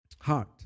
Heart